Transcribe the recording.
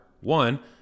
one